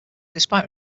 despite